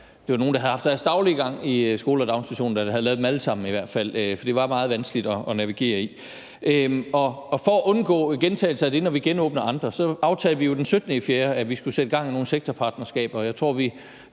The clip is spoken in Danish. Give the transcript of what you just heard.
det var nogen, der havde haft deres daglige gang i skoler og daginstitutioner, der havde lavet dem alle sammen i hvert fald. Det var meget vanskeligt at navigere i. For at undgå en gentagelse af det, når vi genåbner andet, så aftalte vi jo den 17/4, at vi skulle sætte gang i nogle sektorpartnerskaber, og jeg tror, at